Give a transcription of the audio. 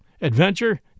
Adventure